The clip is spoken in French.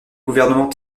gouvernement